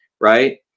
right